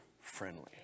friendly